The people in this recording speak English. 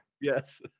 yes